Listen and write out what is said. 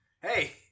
hey